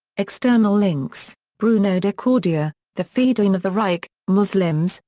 external links bruno de cordier, the fedayeen of the reich muslims,